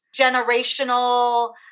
generational